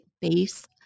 base